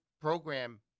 program